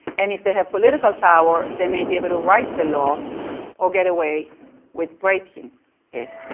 and if they have political power, they may be able to write the law or get away with breaking it.